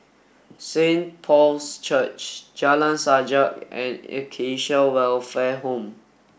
Saint Paul's Church Jalan Sajak and Acacia Welfare Home